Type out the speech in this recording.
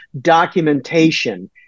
documentation